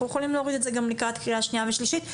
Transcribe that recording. אנחנו יכולים להוריד את זה גם לקראת קריאה שנייה ושלישית.